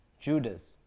Judas